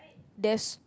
there's